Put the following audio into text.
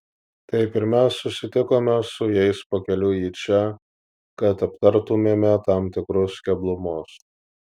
taip ir mes susitikome su jais pakeliui į čia kad aptartumėme tam tikrus keblumus